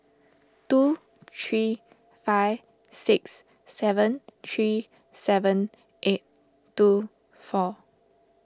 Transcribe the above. two three five six seven three seven eight two four